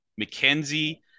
McKenzie